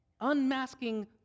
Unmasking